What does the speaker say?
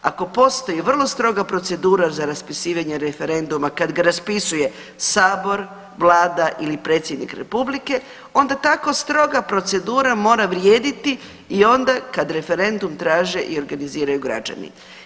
Ako postoji vrlo dobra procedura za raspisivanje referenduma kad ga raspisuje Sabor, Vlada ili predsjednik Republike onda tako stroga procedura mora vrijediti i onda kad referendum traže i organiziraju građani.